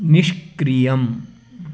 निष्क्रियम्